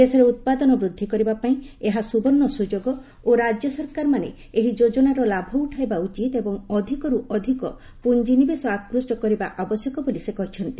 ଦେଶରେ ଉତ୍ପାଦନ ବୃଦ୍ଧି କରିବା ପାଇଁ ଏହା ସୁବର୍ଣ୍ଣ ସୁଯୋଗ ଓ ରାଜ୍ୟ ସରକାରମାନେ ଏହି ଯୋଜନାର ଲାଭ ଉଠାଇବା ଉଚିତ ଏବଂ ଅଧିକରୁ ଅଧିକ ପୁଞ୍ଜି ନିବେଶ ଆକୃଷ୍ଟ କରିବା ଆବଶ୍ୟକ ବୋଲି ସେ କହିଛନ୍ତି